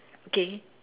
K